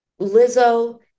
Lizzo